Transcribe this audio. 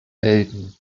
welten